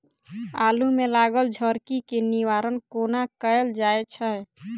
आलु मे लागल झरकी केँ निवारण कोना कैल जाय छै?